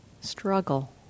Struggle